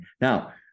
Now